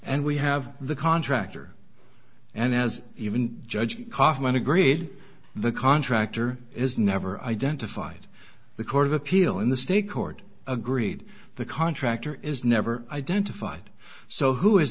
and we have the contractor and as even judge kaufman agreed the contractor is never identified the court of appeal in the state court agreed the contractor is never identified so who is